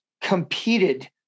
competed